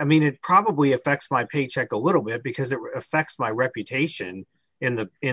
i mean it probably affects my paycheck a little bit because it affects my reputation in the in